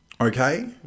Okay